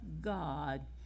God